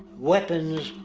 weapons,